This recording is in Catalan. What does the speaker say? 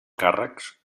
càrrecs